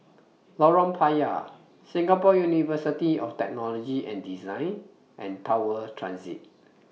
Lorong Payah Singapore University of Technology and Design and Tower Transit